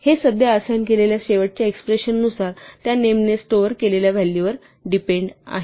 हे सध्या असाइन केलेल्या शेवटच्या एक्स्प्रेशन नुसार त्या नेम ने स्टोअर केलेल्या व्हॅलू वर डिपेंड आहे